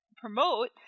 promote